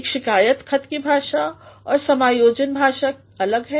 एक शिकायत खत की भाषा और समायोजन खतकी भाषा अलग है